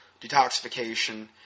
detoxification